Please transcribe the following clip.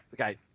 okay